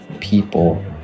people